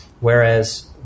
whereas